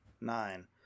Nine